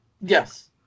yes